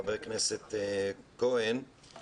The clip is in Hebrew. חבר הכנסת כהן,